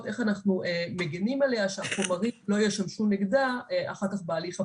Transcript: איך אנחנו מגנים עליה שהחומרים לא ישמשו נגדה אחר כך בהליך הפלילי.